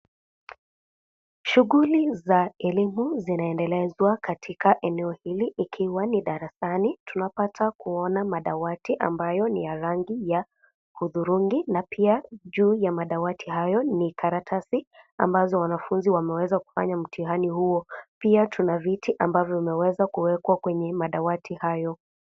Shughuli za elimu zinaendelezwa katika eneo hili ikiwa ni darasani. Tunapata kuona madawati ambayo ni ya rangi ya hudhurungi. Na pia juu ya madawati hayo ni karatasi ambazo wanafunzi wameweza kufanya mtihani huo. Pia tuna viti ambavyo vinaweza kuwekwa kwenye madawati hayo.